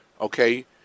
okay